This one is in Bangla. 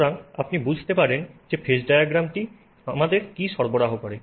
সুতরাং আপনি বুঝতে পারেন যে ফেজ ডায়াগ্রামটি আমাদের কি সরবরাহ করে